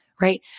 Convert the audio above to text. Right